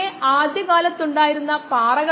ഇപ്പോൾ ഇതാണ് വാട്ടർ ടാങ്കറുകളുടെ ഒരു ഉപയോഗം